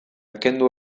kendu